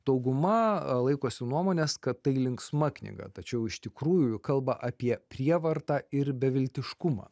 dauguma laikosi nuomonės kad tai linksma knyga tačiau iš tikrųjų kalba apie prievartą ir beviltiškumą